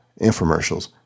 infomercials